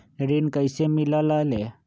ऋण कईसे मिलल ले?